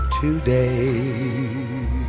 today